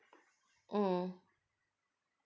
mm